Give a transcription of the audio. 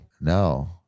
No